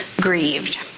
grieved